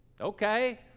Okay